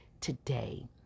today